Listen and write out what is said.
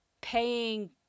paying